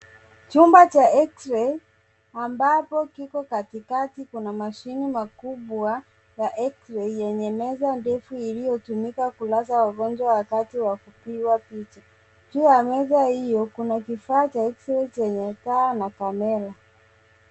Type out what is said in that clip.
Chumba cha x-ray ,ambapo kiko katikati kuna mashine makubwa ya x-ray ,yenye meza ndefu iliyotumika kulaza wagonjwa wakati wa kupigwa picha. Juu ya meza hiyo, kuna kifaa cha x-ray ,chenye taa na kamera.